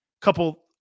couple